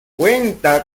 cuenta